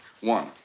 One